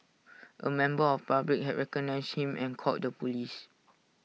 A member of public had recognised him and called the Police